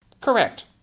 Correct